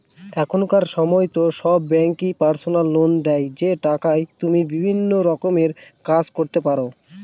এখনকার সময়তো সব ব্যাঙ্কই পার্সোনাল লোন দেয় যে টাকায় তুমি বিভিন্ন রকমের কাজ করতে পারো